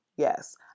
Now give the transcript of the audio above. Yes